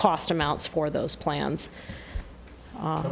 cost amounts for those plans